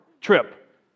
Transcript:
trip